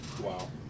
Wow